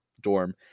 dorm